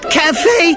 cafe